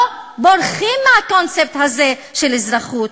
לא בורחים מהקונספט הזה של אזרחות.